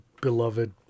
beloved